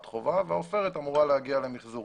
חובב והעופרת אמורה להגיע למיחזור.